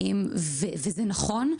וזה נכון,